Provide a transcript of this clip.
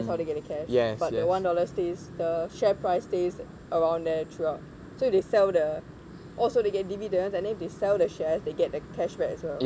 so that's how they get the cash but the one dollar stays the share price stays around there throughout so they sell the oh so they get dividends and then if they sell the shares they get the cashback as well